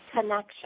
connection